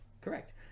Correct